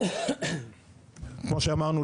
כמו שאמרנו,